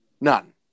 None